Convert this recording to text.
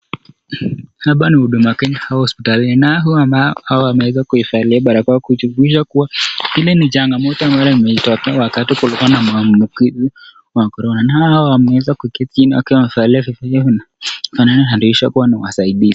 Hapa ni huduma Kenya au hospitalini nao hawa ambao wameweza kuvalia barakoa kudhihirisha kuwa hili ni changamoto ambalo liliweza kutokea wakati kulikua na maambukizi ya korona. Hawa wanne wameweza kufika wakiwa wamevalia nguo zinazofanana inayodhihirisha kuwa ni wasaidizi.